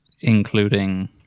including